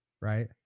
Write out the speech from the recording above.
right